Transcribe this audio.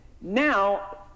now